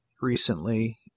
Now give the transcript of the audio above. recently